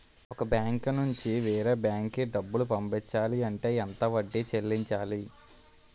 ఒక బ్యాంక్ నుంచి వేరే బ్యాంక్ కి డబ్బులు పంపించాలి అంటే ఎంత వడ్డీ చెల్లించాలి?